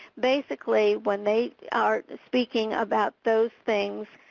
basically, when they are speaking about those things,